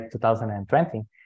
2020